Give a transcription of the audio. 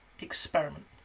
experiment